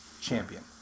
Champion